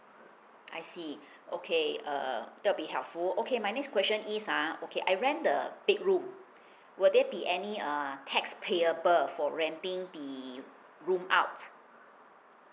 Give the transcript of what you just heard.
I see okay uh that'll be helpful okay my next question is ah okay I rent the bedroom will there be any uh tax payable for renting the room out